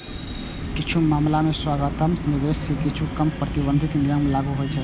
किछु मामला मे संस्थागत निवेशक पर किछु कम प्रतिबंधात्मक नियम लागू होइ छै